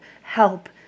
help